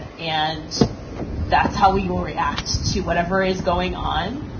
and and that's how we will react to whatever is going on.